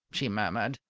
she murmured.